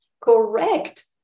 Correct